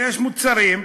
ויש מוצרים,